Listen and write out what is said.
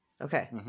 Okay